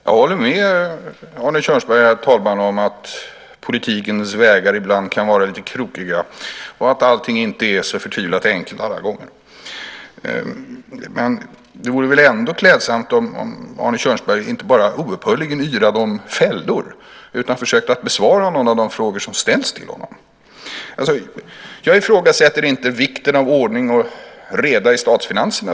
Herr talman! Jag håller med Arne Kjörnsberg om att politikens vägar ibland kan vara lite krokiga och att allting inte är så förtvivlat enkelt alla gånger. Men det vore väl ändå klädsamt om Arne Kjörnsberg inte bara oupphörligen yrade om fällor utan försökte besvara någon av de frågor som ställs till honom. Jag ifrågasätter inte vikten av ordning och reda i statsfinanserna.